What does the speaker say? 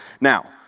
Now